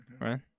right